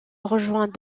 rejoint